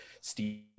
steve